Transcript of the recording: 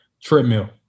Treadmill